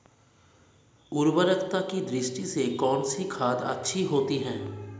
उर्वरकता की दृष्टि से कौनसी खाद अच्छी होती है?